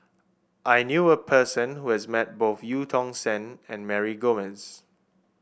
I knew a person who has met both Eu Tong Sen and Mary Gomes